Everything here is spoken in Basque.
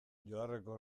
joarreko